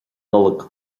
nollag